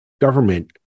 government